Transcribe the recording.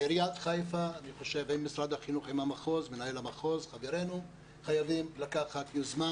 עיריית חיפה עם מנהל המחוז במשרד החינוך חייבים לקחת יוזמה